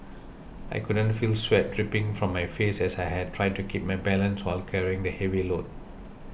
I could feel sweat dripping from my face as I tried to keep my balance while carrying the heavy load